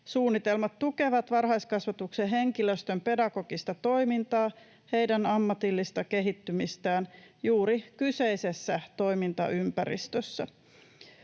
Suunnitelmat tukevat varhaiskasvatuksen henkilöstön pedagogista toimintaa, heidän ammatillista kehittymistään, juuri kyseisessä toimintaympäristössä.